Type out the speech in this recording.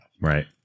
Right